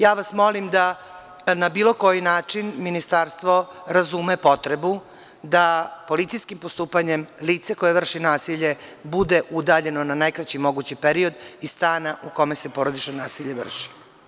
Ja vas molim da na bilo koji način ministarstvo razume potrebu da policijskim postupanjem lice koje vrši nasilje bude udaljeno na najkraći mogući period iz stana u kome se porodično nasilje vrši.